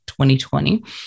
2020